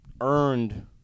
earned